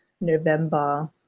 November